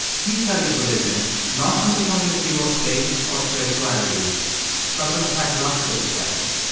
he studies religion not from the point of view of faith or spirituality but from a psychological perspective.